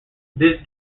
this